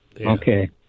okay